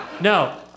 No